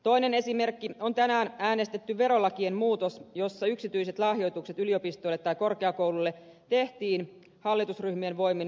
toinen esimerkki on tänään äänestetty verolakien muutos jossa yksityiset lahjoitukset yliopistoille tai korkeakouluille tehtiin hallitusryhmien voimin verovähennyskelpoisiksi